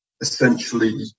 essentially